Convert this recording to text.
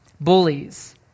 Bullies